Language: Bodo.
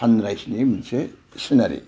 सानराइसनि मोनसे सिनारि